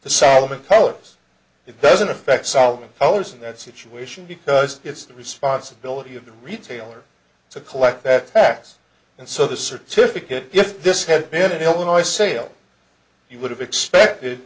the solomon colors it doesn't affect solomon colors in that situation because it's the responsibility of the retailer to collect that tax and so the certificate if this had been an illinois sale you would have expected